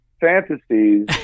fantasies